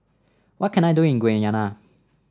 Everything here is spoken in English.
what can I do in Guyana